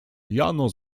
jano